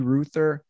Ruther